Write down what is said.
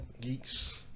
geeks